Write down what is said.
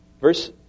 Verse